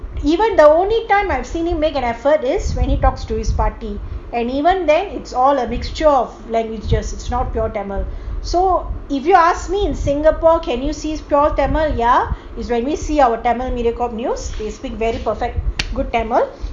even the only time I've seen him make an effort is when he talks to his party and even then it's all a mixture of languages it's not pure tamil so if you ask me in singapore can you see pure tamil ya is when we see our tamil mediacorp news they speak very perfect good tamil